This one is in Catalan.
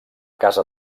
casa